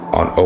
on